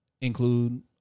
include